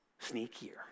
sneakier